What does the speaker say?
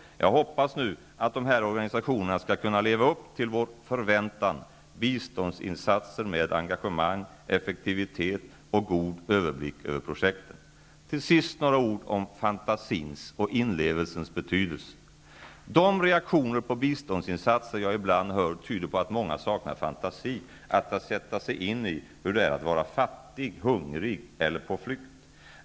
Jag hopppas nu att de här organisationerna skall kunna leva upp till vår förväntan -- biståndinsatser med engagemang, effektivitet och god överblick över projekten. Till sist några ord om fantasins och inlevelsens betydelse. De reaktioner på biståndsinsatser jag ibland hör tyder på att många saknar fantasi att sätta sig in i hur det är att vara fattig, hungrig eller på flykt.